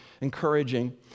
encouraging